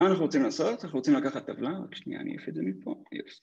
מה אנחנו רוצי לעשות, אנחנו רוצים לקחת טבלה, רק שנייה אני אעיף את זה מפה